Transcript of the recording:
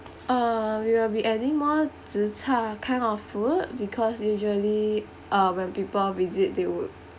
uh we'll be adding more zhi cha kind of food because usually uh when people visit they would